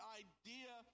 idea